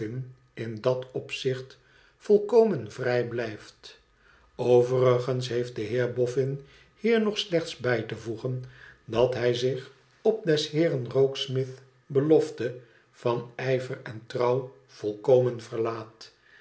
in dat opzicht tolkomen vrij blijft overigens heeft de heer boffin hier nog slechts bij te voegen dat hij zich op des heeren rokesmith's belofte van ijver en trouw volkomen verlaat